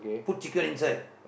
put chicken inside